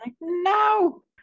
no